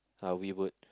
uh we would